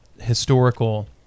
historical